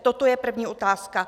Toto je první otázka.